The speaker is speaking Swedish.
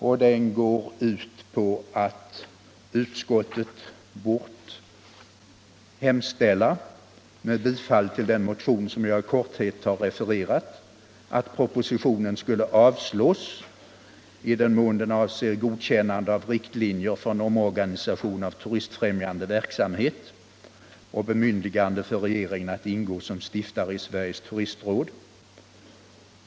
I denna yrkas för det första att utskottet bort hemställa, med bifall till den motion som jag nu i korthet refererat, att propositionen skulle avslås i den mån den avser godkännande av riktlinjer för en omorganisation av den turistfrämjande verksamheten och bemyndigande för regeringen att ingå som stiftare i Sveriges turistråd.